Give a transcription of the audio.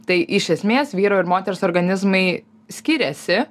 tai iš esmės vyro ir moters organizmai skiriasi